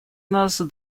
нас